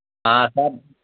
sir